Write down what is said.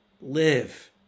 Live